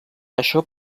això